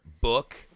book